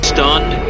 Stunned